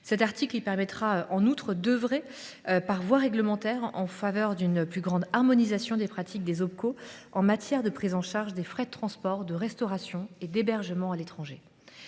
Cet article permettra en outre d’œuvrer, par voie réglementaire, en faveur d’une plus grande harmonisation des pratiques des Opco en matière de prise en charge des frais de transport, de restauration et d’hébergement à l’étranger.